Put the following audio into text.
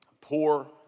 poor